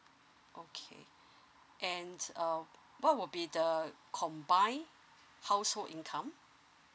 okay and uh what will be the combine household income